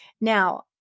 Now